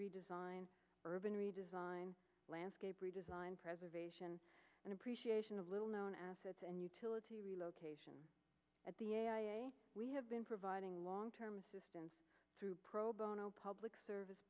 redesign urban redesign plans design preservation and appreciation of little known assets and utility relocation at the we have been providing long term assistance through pro bono public service